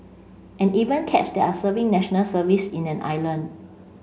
and even cats that are serving National Service in an island